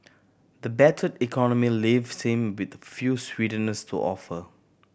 the battered economy leaves him with few sweeteners to offer